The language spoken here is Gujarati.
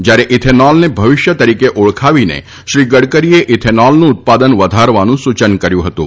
જ્યારે ઇથેનોલને ભવિષ્ય તરીકે ઓળખાવીને શ્રી ગડકરીએ ઇથેનોલનું ઉત્પાદન વધારવાનું સૂચન કર્યું હતું